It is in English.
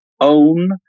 own